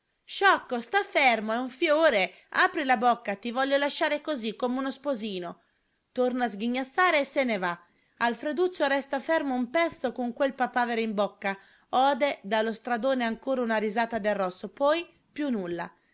sciocco sta fermo è un fiore apri la bocca ti voglio lasciare così come uno sposino torna a sghignazzare e se ne va alfreduccio resta fermo un pezzo con quel papavero in bocca ode dallo stradone ancora una risata del rosso poi più nulla